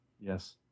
Yes